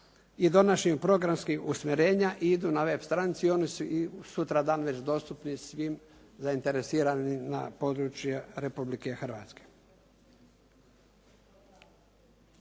i donošenju programskih usmjerenja idu na web stranice i oni su već sutra dan dostupni svima zainteresiranima na području Republike Hrvatske.